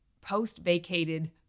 post-vacated